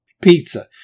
Pizza